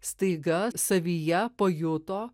staiga savyje pajuto